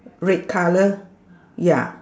red colour ya